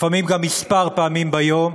לפעמים גם כמה פעמים ביום,